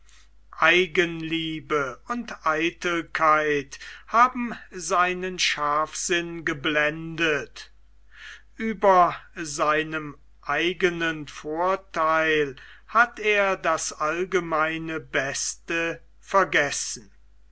eigenliebe und eitelkeit haben seinen scharfsinn geblendet über seinem eigenen vortheil hat er das allgemeine beste vergessen